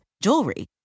jewelry